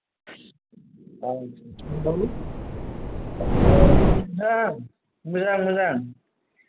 हेल' औ नोंथां मोजां मोजां